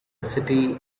city